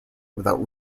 without